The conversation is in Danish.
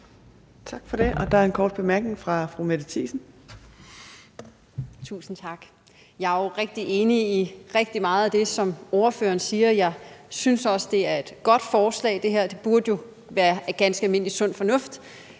Tak for det. Og der er en kort bemærkning fra fru Mette Thiesen. Kl. 14:12 Mette Thiesen (NB): Tusind tak. Jeg er jo rigtig enig i rigtig meget af det, som ordføreren siger. Jeg synes også, det her er et godt forslag. Det burde jo være ganske almindelig sund fornuft.